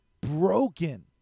broken